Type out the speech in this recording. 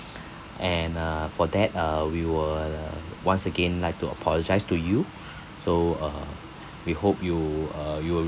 and uh for that uh we will uh once again like to apologise to you so uh we hope you uh you will